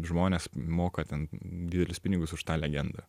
žmonės moka ten didelius pinigus už tą legendą